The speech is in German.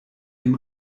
dem